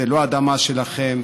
זו לא אדמה שלכם.